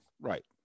right